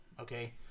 Okay